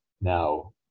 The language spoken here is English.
now